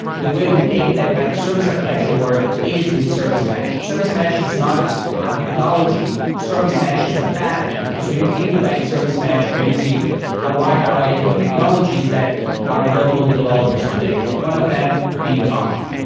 the way we make that microservice architecture work is with service mesh. service mesh is not a ah technology. service mesh is a pattern. and so you can implement service mesh by using a wide variety of technologies that are available to developers today, one of them being kong.